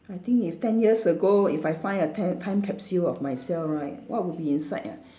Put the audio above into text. I think if ten years ago if I find a time time capsule of myself right what would be inside ah